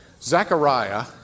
Zechariah